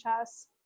chess